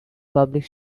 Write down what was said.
public